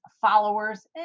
followers